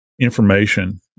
information